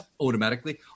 automatically